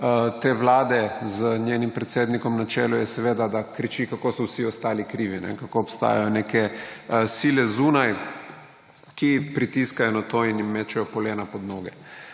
te vlade z njenim predsednikom na čelu je seveda, da kriči, kako so vsi ostali krivi in kako obstajajo neke sile zunaj, ki pritiskajo na to in jim mečejo polena pod noge.